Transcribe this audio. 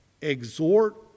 exhort